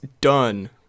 done